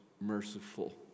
merciful